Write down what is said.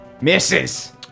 Misses